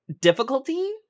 Difficulty